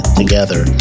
together